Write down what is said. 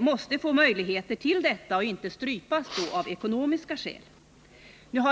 måste den självfallet få ekonomiska möjligheter till det och inte strypas av ekonomiska skäl.